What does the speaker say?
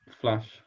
flash